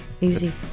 easy